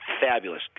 fabulous